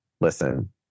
listen